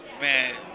man